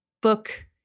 book